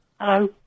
Hello